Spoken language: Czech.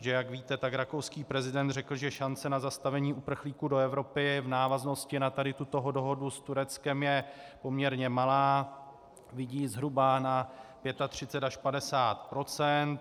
Jak víte, tak rakouský prezident řekl, že šance na zastavení uprchlíků do Evropy v návaznosti na tuto dohodu s Tureckem je poměrně malá, vidí ji zhruba na 35 až 50 %.